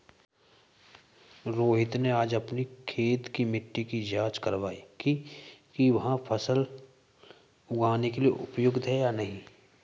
रोहित ने आज अपनी खेत की मिट्टी की जाँच कारवाई कि वहाँ की मिट्टी फसल उगाने के लिए उपयुक्त है या नहीं